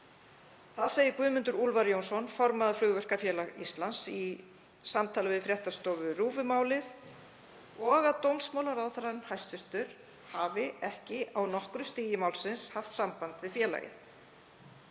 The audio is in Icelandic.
Það segir Guðmundur Úlfar Jónsson, formaður Flugvirkjafélag Íslands, í samtali við fréttastofu RÚV um málið, og að hæstv. dómsmálaráðherra hafi ekki á nokkru stigi málsins haft samband við félagið.